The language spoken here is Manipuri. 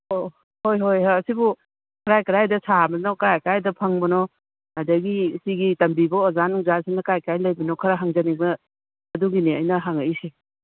ꯑꯣ ꯍꯣꯏ ꯍꯣꯏ ꯍꯣꯏ ꯑꯁꯤꯕꯨ ꯀꯗꯥꯏ ꯀꯗꯥꯏꯗ ꯁꯥꯕꯅꯣ ꯀꯗꯥꯏ ꯀꯗꯥꯏꯗ ꯐꯪꯕꯅꯣ ꯑꯗꯒꯤ ꯁꯤꯒꯤ ꯇꯝꯕꯤꯕ ꯑꯣꯖꯥ ꯅꯨꯡꯖꯥꯁꯤꯅ ꯀꯥꯏ ꯀꯥꯏ ꯂꯩꯕꯅꯣ ꯈꯔ ꯍꯪꯖꯅꯤꯡꯕ ꯑꯗꯨꯒꯤꯅꯦ ꯑꯩꯅ ꯍꯪꯉꯛꯏꯁꯦ